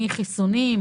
מחיסונים,